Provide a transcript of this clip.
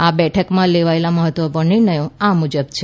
આ બેઠકમાં લેવાયેલા મહત્વપૂર્ણ નિર્ણયો આ મુજબ છે